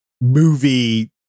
movie